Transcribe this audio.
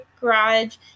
garage